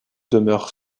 demeure